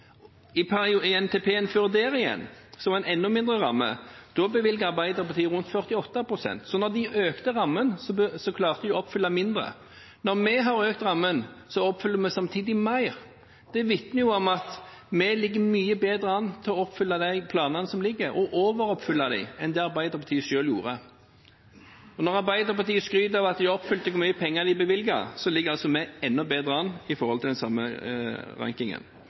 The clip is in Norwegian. I NTP-en som var før der igjen, som hadde en enda mindre ramme, bevilget Arbeiderpartiet rundt 48 pst. Så da de økte rammen, klarte de å oppfylle mindre. Når vi har økt rammen, oppfyller vi samtidig mer. Det vitner jo om at vi ligger mye bedre an til å oppfylle – og overoppfylle – planene som ligger, enn det Arbeiderpartiet selv gjorde. Arbeiderpartiet skryter av hvor mye penger de bevilget – vi ligger altså enda bedre an på den samme rankingen.